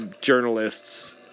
journalists